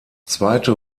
zweite